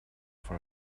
for